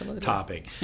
topic